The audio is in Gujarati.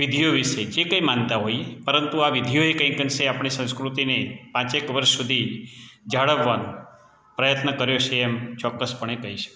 વિધિઓ વિષે જે કંઈ માનતા હોઈએ પરંતુ આ વિધિઓએ કંઈક અંશે આપણી સંસ્કૃતિને પાંચેક વર્ષ સુધી જાળવવા પ્રયત્ન કર્યો છે એમ ચોક્કસપણે કહી શકાય